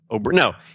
No